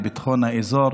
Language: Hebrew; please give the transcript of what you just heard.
לביטחון האזור,